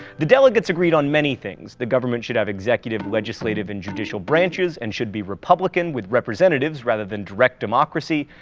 the delegates agreed on many things the government should have executive, legislative, and judicial branches and should be republican, with representatives, rather than direct democracy.